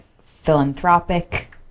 philanthropic